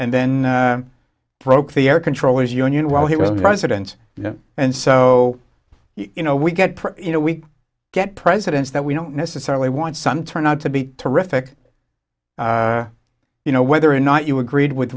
and then broke the air controllers union while he was president and so you know we get you know we get presidents that we don't necessarily want some turn out to be terrific you know whether or not you agreed with